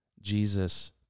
Jesus